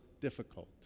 difficult